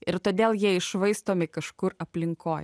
ir todėl jie iššvaistomi kažkur aplinkoj